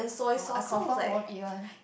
orh I confirm won't eat one